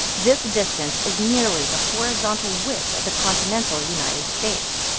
this distance is nearly the horizontal width of the continental united states.